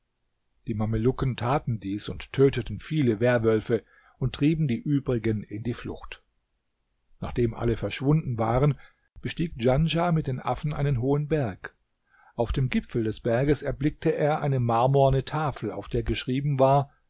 die mamelucken taten dies und töteten viele werwölfe und trieben die übrigen in die flucht nachdem alle verschwunden waren bestieg djanschah mit den affen einen hohen berg auf dem gipfel des berges erblickte er eine marmorne tafel auf der geschrieben war